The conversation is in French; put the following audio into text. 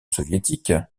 soviétique